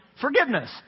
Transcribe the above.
forgiveness